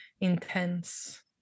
intense